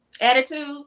Attitude